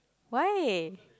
why